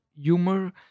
humor